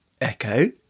Echo